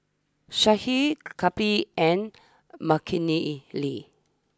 Sudhir Kapil and Makineni